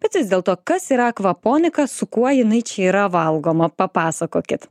bet vis dėlto kas yra akvaponika su kuo jinai čia yra valgoma papasakokit